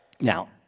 now